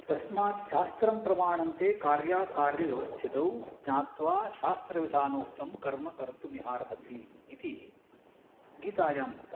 तस्माच्छास्त्रं प्रमाणन्ते कार्याकार्यव्यवस्थितौ ज्ञात्वा शास्त्रविधानोक्तं कर्म कर्तुमिहार्हसि इति गीतायाम् उक्तम्